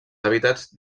hàbitats